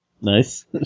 Nice